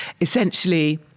essentially